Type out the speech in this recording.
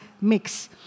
mix